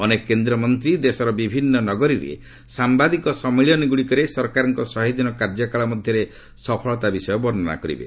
ଅନେକ କେନ୍ଦ୍ରମନ୍ତ୍ରୀ ଦେଶର ବିଭିନ୍ନ ନଗରୀରେ ସାମ୍ବାଦିକ ସମ୍ମିଳନୀଗୁଡ଼ିକରେ ସରକାରଙ୍କ ଶହେଦିନ କାର୍ଯ୍ୟକାଳ ମଧ୍ୟରେ ସଫଳତା ବିଷୟ ବର୍ଣ୍ଣନା କରିବେ